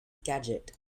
gadget